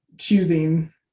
choosing